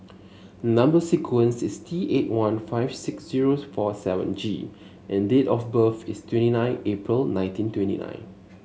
number sequence is T eight one five six zero four seven G and date of birth is twenty nine April nineteen twenty nine